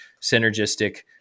synergistic